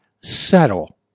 settle